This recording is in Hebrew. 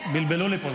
בלבלו לי פה,